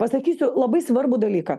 pasakysiu labai svarbų dalyką